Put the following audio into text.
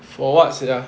for what sia